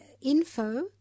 info